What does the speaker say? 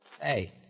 Hey